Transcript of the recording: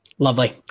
Lovely